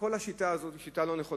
כל השיטה הזאת היא שיטה לא נכונה.